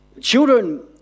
children